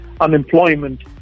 unemployment